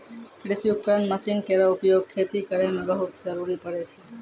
कृषि उपकरण मसीन केरो उपयोग खेती करै मे बहुत जरूरी परै छै